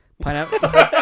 Pineapple